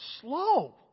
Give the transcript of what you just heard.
slow